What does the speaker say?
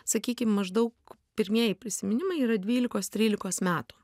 sakykim maždaug pirmieji prisiminimai yra dvylikos trylikos metų